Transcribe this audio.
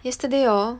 yesterday hor